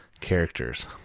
characters